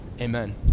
Amen